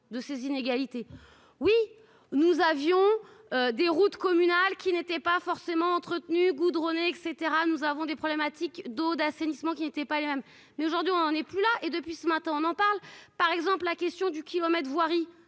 de ces inégalités, oui, nous avions des routes communales qui n'étaient pas forcément entretenu goudronnées et etc, nous avons des problématiques d'eau d'assainissement qui n'étaient pas les mêmes, mais aujourd'hui on en est plus là et depuis ce matin, on en parle, par exemple, la question du kilomètre de